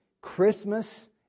Christmas